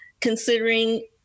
considering